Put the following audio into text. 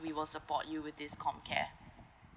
we will support you with this com care